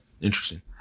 interesting